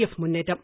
F മുന്നേറ്റം